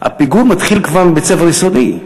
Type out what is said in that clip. שהפיגור מתחיל כבר מבית-ספר יסודי.